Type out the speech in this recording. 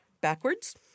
Backwards